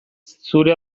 zure